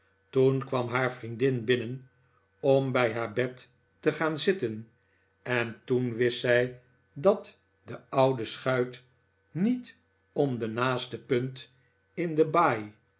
toen kwam haar vriendin binnen om bij haar bed te gaan zitten en toen wist zij dat de oude schuit niet om de naaste punt in de baai